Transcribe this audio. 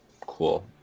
Cool